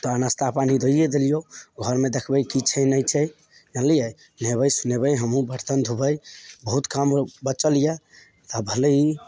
तोरा नाश्ता पानि दियै देलियौ घरमे देखबै की छै नहि छै जनलियै नहेबै सोनेबै हमहुँ बर्तन धोबै बहुत काम बचल यऽ